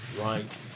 Right